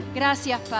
gracias